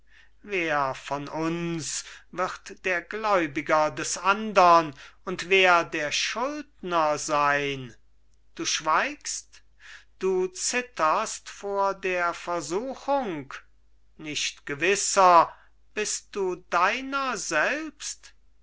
wer von uns wird der gläubiger des andern und wer der schuldner sein du schweigst du zitterst vor der versuchung nicht gewisser bist du deiner selbst